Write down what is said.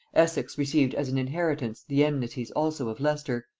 essex received as an inheritance the enmities also of leicester,